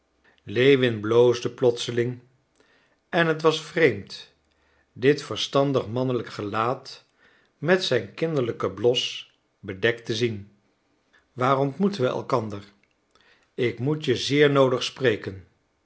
lewin bloosde plotseling en het was vreemd dit verstandig mannelijk gelaat met een kinderlijken blos bedekt te zien waar ontmoeten we elkander ik moet je zeer noodig spreken